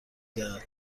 دهد